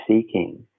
seeking